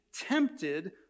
tempted